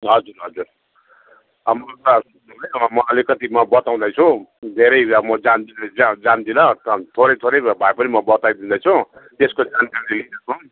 हजुर हजुर म अलिकिती म बताउँदै छु धेरै म जान्दिनँ जान्दिनँ अजकल थोरै थोरै भए पनि म बताइ दिँदैछु त्यस्को जानकारी